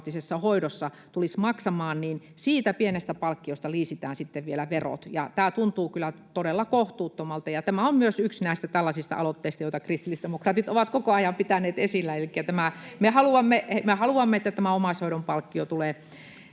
hoidossa tulisi maksamaan, siitä pienestä palkkioista liisitään sitten vielä verot, tuntuu kyllä todella kohtuuttomalta. Tämä on myös yksi näistä tällaisista aloitteista, joita kristillisdemokraatit ovat koko ajan pitäneet esillä, [Leena Meren välihuuto] elikkä me haluamme, että tämä omaishoidon palkkio tulee